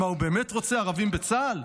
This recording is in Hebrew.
מה, הוא באמת רוצה ערבים בצה"ל?